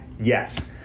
Yes